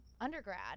undergrad